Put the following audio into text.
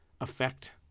effect